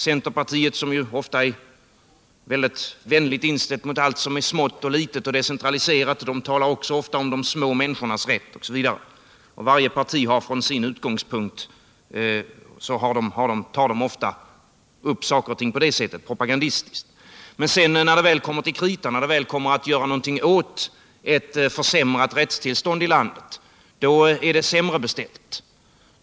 Centerpartiet, som ofta är mycket vänligt inställt mot allt som är smått, litet och decentraliserat, talar också ofta om de små människornas rätt osv. Varje parti tar alltså från sin utgångspunkt ofta upp frågor på detta sätt propagandistiskt. Men när det väl kommer till kritan, när det blir fråga om att göra något åt ett försämrat rättstillstånd i landet, är det sämre beställt.